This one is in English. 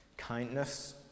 Kindness